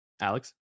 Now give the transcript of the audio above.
Alex